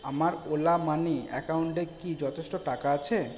আমার ওলা মানি অ্যাকাউন্টে কি যথেষ্ট টাকা আছে